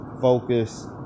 focus